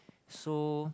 so